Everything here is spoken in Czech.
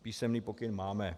Písemný pokyn máme.